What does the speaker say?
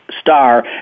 Star